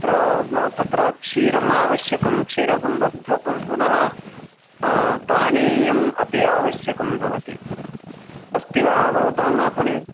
अत्र तत्र क्षीरम् आवश्यकं क्षीरसम्बद्धं पुनः पानीयम् अपि आवश्यकं भवति अस्ति वा भवताम् आपणे